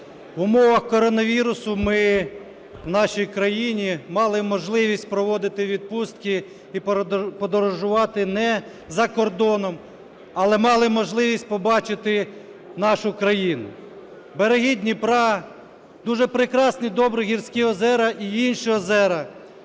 в умовах коронавірусу ми в нашій країні мали можливість проводити відпустки і подорожувати не за кордоном, але мали можливість побачити нашу країну – береги Дніпра, дуже прекрасні, добрі гірські озера і інші озера,